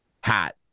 hat